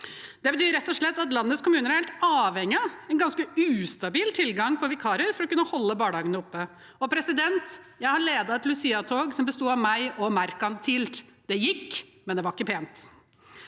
Det betyr rett og slett at landets kommuner er helt avhengig av en ganske ustabil tilgang på vikarer for å kunne holde barnehagene åpne. Jeg har ledet et luciatog som besto av meg og merkantilt. Det gikk, men det var ikke pent.